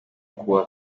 kuwa